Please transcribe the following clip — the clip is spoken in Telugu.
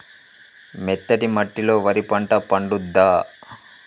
మెత్తటి మట్టిలో వరి పంట పండుద్దా?